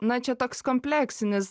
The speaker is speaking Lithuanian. na čia toks kompleksinis